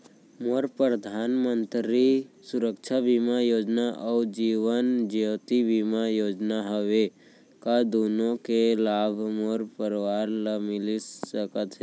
मोर परधानमंतरी सुरक्षा बीमा योजना अऊ जीवन ज्योति बीमा योजना हवे, का दूनो के लाभ मोर परवार ल मिलिस सकत हे?